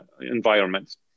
environments